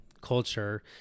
culture